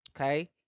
Okay